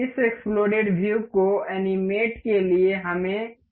इस exploded view को animate के लिए हमें इस असेंबली में जाना होगा